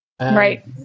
Right